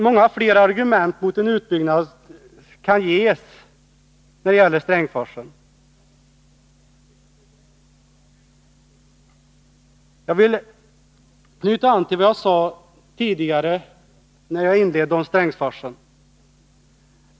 Många fler argument mot en utbyggnad av Strängsforsen kan ges. Låt mig något anknyta till vad jag inledningsvis sade om Strängsforsen.